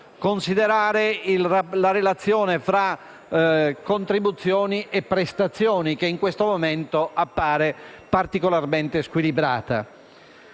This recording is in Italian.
considerare la relazione fra contribuzioni e prestazioni, che in questo momento appare particolarmente squilibrata.